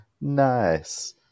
Nice